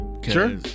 Sure